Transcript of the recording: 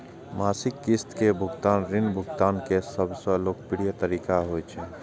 मासिक किस्त के भुगतान ऋण भुगतान के सबसं लोकप्रिय तरीका होइ छै